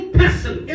person